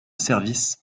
service